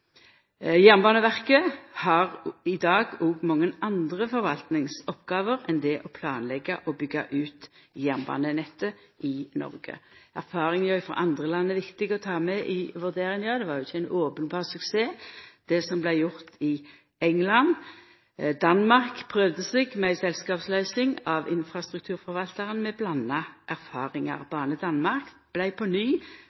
Jernbaneverket har i dag òg mange andre forvaltningsoppgåver enn det å planleggja og byggja ut jernbanenettet i Noreg. Erfaringar frå andre land er viktige å ta med i vurderinga. Det var jo ingen openberr suksess det som vart gjort i England. Danmark prøvde seg med ei selskapsløysing av infrastrukturforvaltaren med blanda erfaringar.